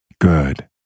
Good